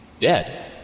Dead